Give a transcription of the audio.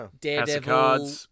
Daredevil